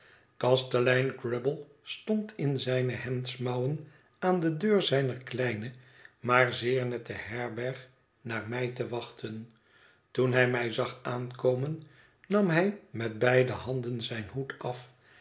kastelein grubble stond in zijne hemdsmouwen aan de deur zijner kleine maar zeer nette herberg naar mij te wachten toen hij mij zag aankomen nam hij met beide handen zijn hoed af